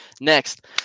Next